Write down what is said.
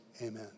amen